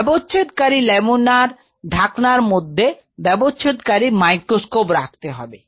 ব্যবচ্ছেদকারী laminar ঢাকনার মধ্যে ব্যবচ্ছেদ কারী মাইক্রোস্কোপ রাখতে হবে